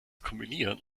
kombinieren